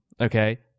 Okay